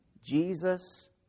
Jesus